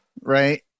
right